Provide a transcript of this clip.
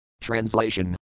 Translation